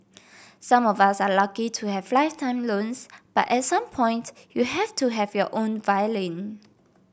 some of us are lucky to have lifetime loans but at some point you have to have your own violin